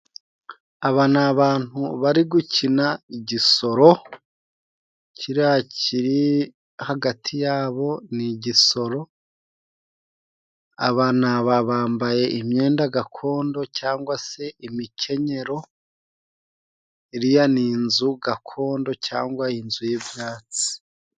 Aba ni abantu bari gukina igisoro, kiriya kiri hagati yabo, ni igisoro. Aba ni aba, bambaye imyenda gakondo cyangwa se imikenyero. Iriya ni inzu gakondo cyangwa inzu y'ibyatsi.